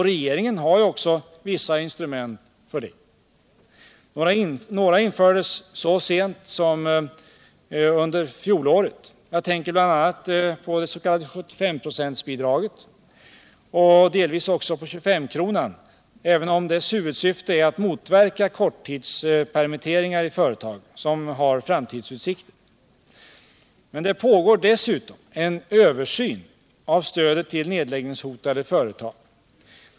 Regeringen har också vissa instrument för detta. Några infördes så sent som under fjolåret. Jag tänker bl.a. på det s.k. 75-procentsbidraget och delvis också på 25 kronan, även om dess huvudsyfte är att motverka korttidspermitteringar i företag som har framtidsutsikter. Det pågår dessutom en översyn av stödet till nedläggningshotade företag.